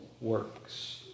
works